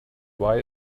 why